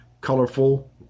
Colorful